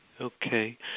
Okay